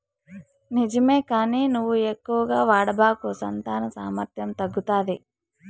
నిజమే కానీ నువ్వు ఎక్కువగా వాడబాకు సంతాన సామర్థ్యం తగ్గుతాది